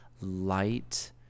light